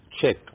check